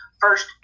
first